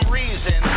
reason